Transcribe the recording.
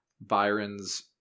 byron's